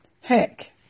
Heck